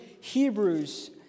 Hebrews